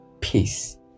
peace